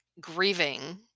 grieving